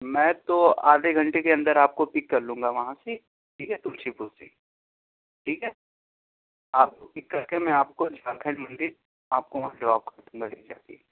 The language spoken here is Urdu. میں تو آدھے گھنٹے کے اندر آپ کو پک کر لوں گا وہاں سے ٹھیک ہے تلسی پور سے ٹھیک ہے آپ کو پک کر کے میں آپ کو جھارکھنڈ مندر آپ کو وہاں ڈراپ کر دوں گا لے جا کے